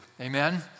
amen